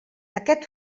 aquest